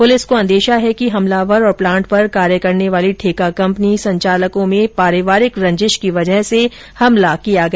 police को अंदेशा है कि हमलावर और प्लांट पर कार्य करने वाली ठेका कम्पनी संचालकों में पारिवारिक रंजिश की वजह से हमला किया गया